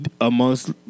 amongst